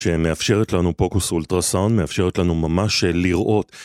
שמאפשרת לנו פוקוס אולטרה סאונד, מאפשרת לנו ממש לראות